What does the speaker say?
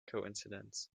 coincidence